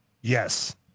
Yes